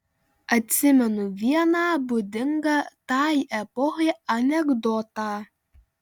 atsimenu vieną būdingą tai epochai anekdotą